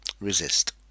Resist